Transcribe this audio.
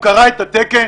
הוא קרא את התקן?